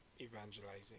evangelizing